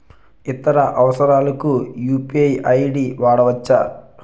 ఇతర అవసరాలకు UPI ID వాడవచ్చా?